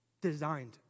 designed